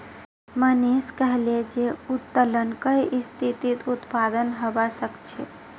मोहनीश कहले जे उत्तोलन कई स्थितित उत्पन्न हबा सख छ